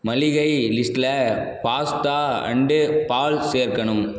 மளிகை லிஸ்ட்டில் pasta and பால் சேர்க்கணும்